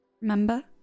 Remember